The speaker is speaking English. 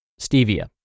stevia